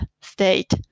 state